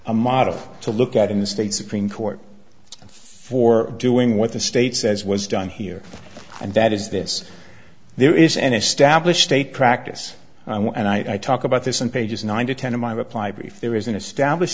a model to look at in the state supreme court for doing what the state says was done here and that is this there is an established a practice and i talk about this in pages nine to ten in my reply brief there is an established